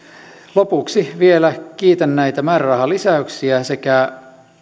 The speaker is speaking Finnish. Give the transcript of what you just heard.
lopuksi vielä kiitän näitä määrärahalisäyksiä sekä